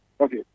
Okay